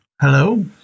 Hello